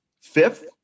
fifth